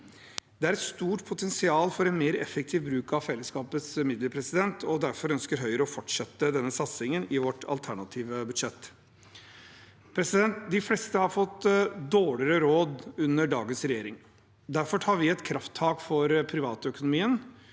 Det er et stort potensial for en mer effektiv bruk av fellesskapets midler, og derfor ønsker Høyre å fortsette denne satsingen, i vårt alternative budsjett. De fleste har fått dårligere råd under dagens regjering. Derfor tar vi et krafttak for privatøkonomien